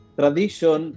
tradition